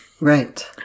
Right